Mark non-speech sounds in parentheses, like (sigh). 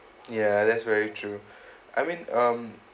ya that's very true (breath) I mean um